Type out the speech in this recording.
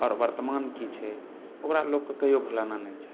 आओर वर्तमान कि छै ओकरा लोगके कहियो भुलाना नहि चाही